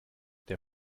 der